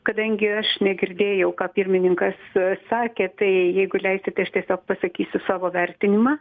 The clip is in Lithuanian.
kadangi aš negirdėjau ką pirmininkas sakė tai jeigu leisite aš tiesiog pasakysiu savo vertinimą